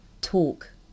talk